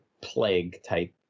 plague-type